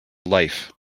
life